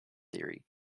theory